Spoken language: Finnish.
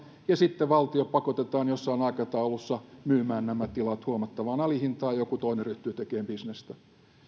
ja sitten valtio pakotetaan jossain aikataulussa myymään nämä tilat huomattavaan alihintaan ja joku toinen ryhtyy tekemään bisnestä